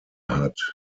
hat